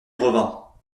revint